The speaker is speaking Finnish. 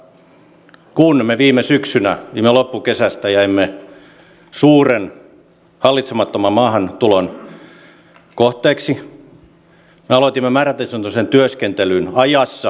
kun me viime syksynä viime loppukesästä jäimme suuren hallitsemattoman maahantulon kohteeksi me aloitimme määrätietoisen työskentelyn ajassa ja päivässä